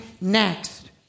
next